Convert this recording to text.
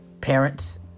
parents